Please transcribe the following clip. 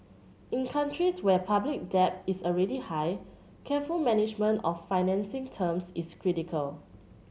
in countries where public debt is already high careful management of financing terms is critical